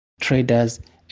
traders